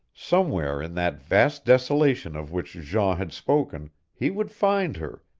somewhere in that vast desolation of which jean had spoken he would find her,